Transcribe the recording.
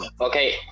okay